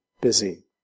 busy